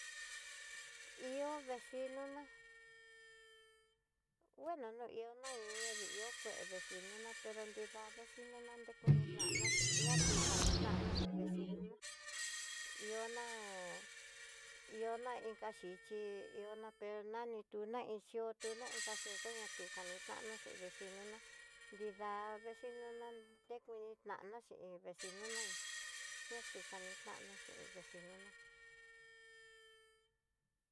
Iho vecino ná, bueno no ihó kue vexhi nona, pero nida vecino na nrekuini nanaxi, ña tu kenanaxi vecinó ná iho ná ihoná inka xhichí ihó pero natú na hi xió tu na iin kaxió, kuaña tu kanitana xi vexhinona, nrida vecino ná nrekunitana xí in vecinonai ñatukani tanona xin vecino na.